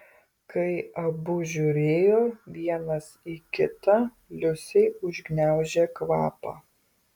kai abu žiūrėjo vienas į kitą liusei užgniaužė kvapą